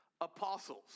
apostles